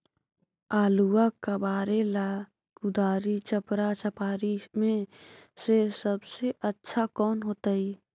आलुआ कबारेला कुदारी, चपरा, चपारी में से सबसे अच्छा कौन होतई?